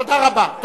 תודה רבה.